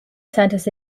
centres